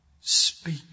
speak